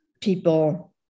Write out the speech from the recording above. people